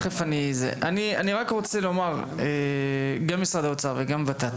גם משרד האוצר וגם ות"ת,